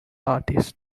artist